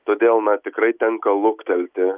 todėl na tikrai tenka luktelti